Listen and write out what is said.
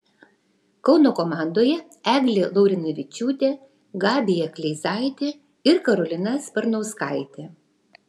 kauno komandoje eglė laurinavičiūtė gabija kleizaitė ir karolina sparnauskaitė